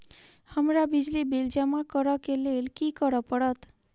हमरा बिजली बिल जमा करऽ केँ लेल की करऽ पड़त?